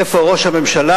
איפה ראש הממשלה?